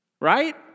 right